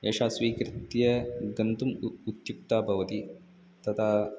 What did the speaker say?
एषा स्वीकृत्य गन्तुम् उ उत्युक्ता भवति तदा